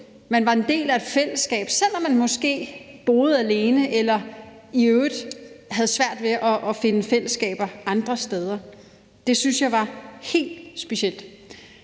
man var en del af et fællesskab, selv om man måske boede alene eller i øvrigt havde svært ved at finde fællesskaber andre steder, og det syntes jeg var helt specielt.